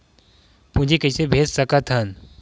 पूंजी कइसे भेज सकत हन?